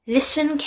Listen